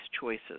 choices